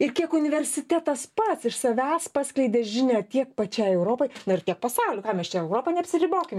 ir kiek universitetas pats iš savęs paskleidė žinią tiek pačiai europai na ir tiek pasauliu ką mes čia europa neapsiribokim